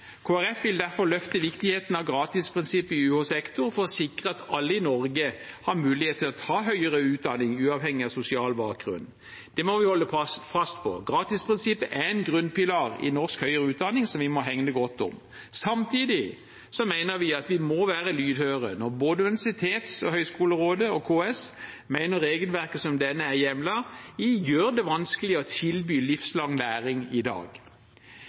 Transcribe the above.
vil derfor løfte viktigheten av gratisprinsippet i UH-sektoren for å sikre at alle i Norge har mulighet til å ta høyere utdanning uavhengig av sosial bakgrunn. Det må vi holde fast på. Gratisprinsippet er en grunnpilar i norsk høyere utdanning, som vi må hegne godt om. Samtidig mener vi at vi må være lydhøre når både Universitets- og høyskolerådet og KS mener at regelverket som dette er hjemlet i, gjør det vanskelig å tilby livslang læring i dag.